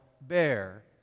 bear